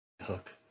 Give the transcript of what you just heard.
hook